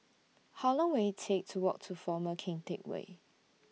How Long Will IT Take to Walk to Former Keng Teck Whay